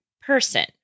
person